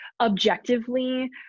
objectively